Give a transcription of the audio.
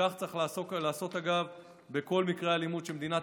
כך צריך לעשות בכל מקרי האלימות שמדינת